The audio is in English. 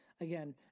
again